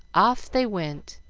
off they went,